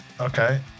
okay